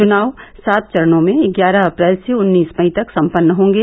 चुनाव सात चरणों में ग्यारह अप्रैल से उन्नीस मई तक सम्पन्न होंगे